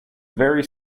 very